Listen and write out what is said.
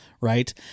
right